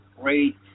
great